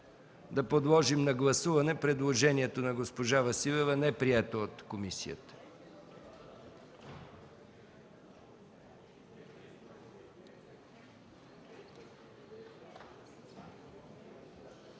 да подложим на гласуване предложението на госпожа Василева, неприето от комисията.